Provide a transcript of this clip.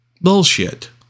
bullshit